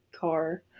car